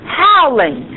howling